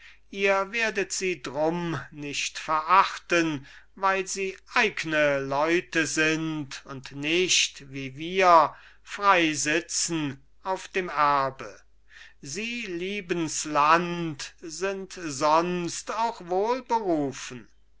ihr werdet sie drum nicht verachten weil sie eigne leute sind und nicht wie wir frei sitzen auf dem erbe sie lieben's land sind sonst auch